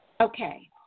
Okay